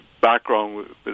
background